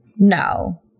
No